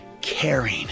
caring